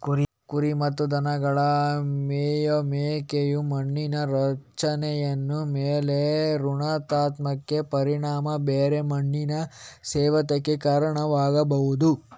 ಕುರಿ ಮತ್ತು ದನಗಳ ಮೇಯುವಿಕೆಯು ಮಣ್ಣಿನ ರಚನೆಯ ಮೇಲೆ ಋಣಾತ್ಮಕ ಪರಿಣಾಮ ಬೀರಿ ಮಣ್ಣಿನ ಸವೆತಕ್ಕೆ ಕಾರಣವಾಗ್ಬಹುದು